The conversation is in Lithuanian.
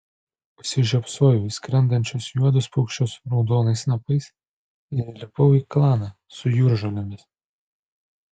užsižiopsojau į skrendančius juodus paukščius raudonais snapais ir įlipau į klaną su jūržolėmis